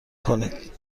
کنید